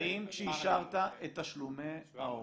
האם כשאישרת את תשלומי ההורים,